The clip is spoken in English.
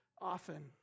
often